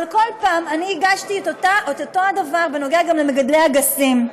אני הגשתי אותו דבר גם בנוגע למגדלי אגסים.